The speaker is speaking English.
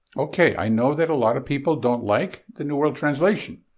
okay, i know that a lot of people don't like the new world translation,